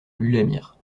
l’ulamir